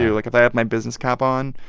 like, if i have my business cap on,